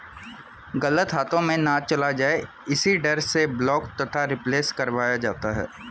गलत हाथों में ना चला जाए इसी डर से ब्लॉक तथा रिप्लेस करवाया जाता है